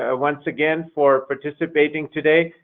ah once again, for participating today.